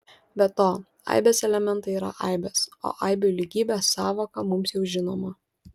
be to aibės elementai yra aibės o aibių lygybės sąvoka mums jau žinoma